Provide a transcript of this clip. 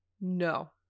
No